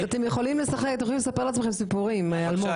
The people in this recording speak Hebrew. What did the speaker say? אתם יכולים לספר לעצמכם סיפורים, אלמוג.